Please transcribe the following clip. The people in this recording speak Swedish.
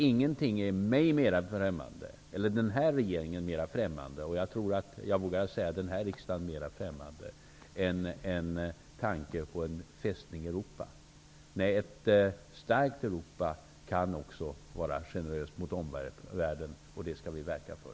Ingenting är den här regeringen och jag tror att jag vågar säga den här riksdagen mera främmande än tanken på en ''fästning Europa''. Ett starkt Europa kan också vara generöst mot omvärlden, och detta skall vi verka för.